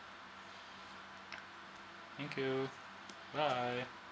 thank you bye